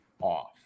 off